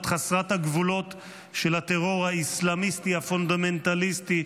חסרת הגבולות של הטרור האסלאמיסטי הפונדמנטליסטי,